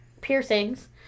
piercings